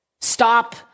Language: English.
Stop